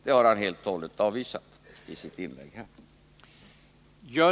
Det har herr Tobisson helt och hållet avvisat i sitt inlägg här.